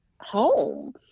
home